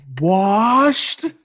Washed